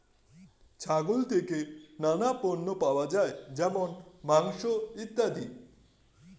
ছাগল থেকে নানা পণ্য পাওয়া যায় যেমন মাংস, ইত্যাদি